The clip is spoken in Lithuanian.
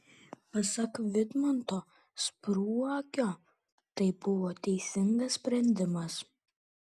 pasak vidmanto spruogio tai buvo teisingas sprendimas